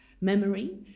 memory